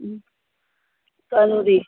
कदूं दी